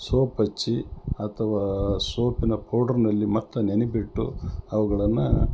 soap ಹಚ್ಚಿ ಅಥವಾ ಸೋಪಿನ ಪೌಡ್ರ್ನಲ್ಲಿ ಮತ್ತು ನೆನೆಸಿಬಿಟ್ಟು ಅವುಗಳನ್ನು